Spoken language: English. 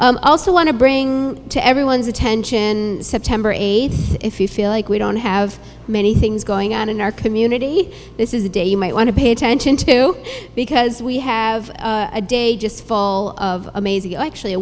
also want to bring to everyone's attention and september eighth if you feel like we don't have many things going on in our community this is the day you might want to pay attention to because we have a day just fall of amazing actually a